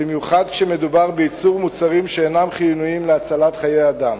במיוחד כשמדובר בייצור מוצרים שאינם חיוניים להצלת חיי אדם.